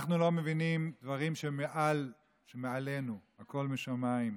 אנחנו לא מבינים את שמעל, שמעלינו, הכול משמיים.